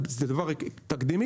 זה דבר תקדימי.